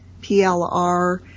PLR